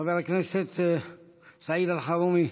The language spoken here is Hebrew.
חבר הכנסת סעיד אלחרומי.